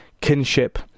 kinship